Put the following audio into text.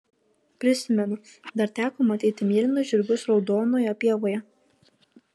prisimenu dar teko matyti mėlynus žirgus raudonoje pievoje